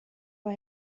war